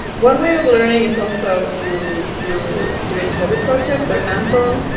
one way of learning is also through through doing hobby projects, or hands on